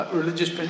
religious